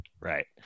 Right